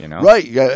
Right